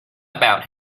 about